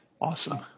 Awesome